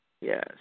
Yes